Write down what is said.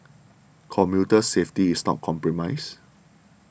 commuter safety is not compromised